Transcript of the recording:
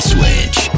Switch